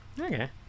Okay